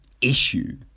issue